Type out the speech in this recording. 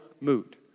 mood